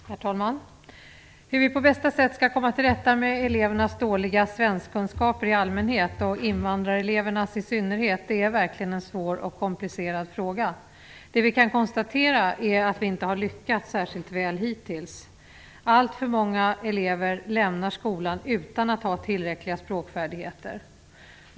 Herr talman! Hur vi på bästa sätt skall komma till rätta med elevernas dåliga svenskkunskaper i allmänhet och invandrarelevernas i synnerhet är verkligen en svår och komplicerad fråga. Vi kan konstatera att vi inte har lyckats särskilt väl hittills. Alltför många elever lämnar skolan utan att ha tillräckliga språkfärdigheter.